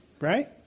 right